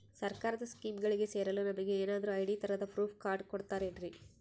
ಸರ್ಕಾರದ ಸ್ಕೀಮ್ಗಳಿಗೆ ಸೇರಲು ನಮಗೆ ಏನಾದ್ರು ಐ.ಡಿ ತರಹದ ಪ್ರೂಫ್ ಕಾರ್ಡ್ ಕೊಡುತ್ತಾರೆನ್ರಿ?